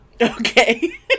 Okay